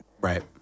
Right